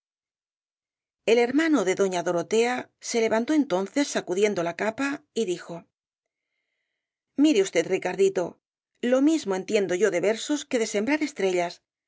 el hermano de doña dorotea se levantó entonces sacudiendo la capa y dijo mire usted ricardito lo mismo entiendo yo de versos que de sembrar estrellas